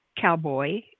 cowboy